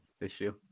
issue